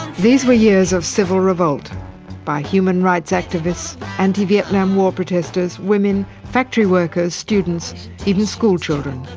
these were years of civil revolt by human rights activists, anti-vietnam war protesters, women, factory workers, students, even schoolchildren.